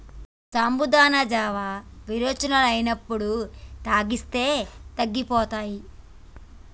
సాబుదానా జావా విరోచనాలు అయినప్పుడు తాగిస్తే తగ్గిపోతాయి